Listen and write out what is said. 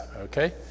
okay